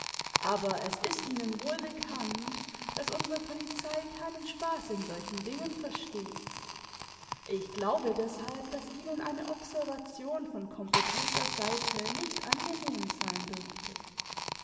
aber es ist ihnen wohl bekannt daß unsere polizei keinen spaß in solchen dingen versteht ich glaube deshalb daß ihnen eine observation von kompetenter seite nicht angenehm sein dürfte